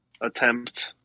attempt